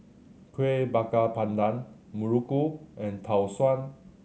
Kueh Bakar Pandan Muruku and Tau Suan